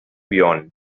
beyond